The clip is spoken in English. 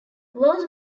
laws